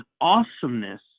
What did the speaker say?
awesomeness